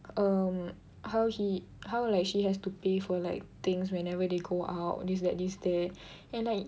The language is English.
um how he how like she has to pay for like things whenever they go out this that this that then like